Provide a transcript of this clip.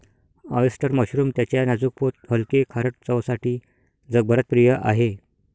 oyster mushroom त्याच्या नाजूक पोत हलके, खारट चवसाठी जगभरात प्रिय आहे